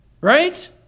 right